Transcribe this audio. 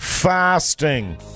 Fasting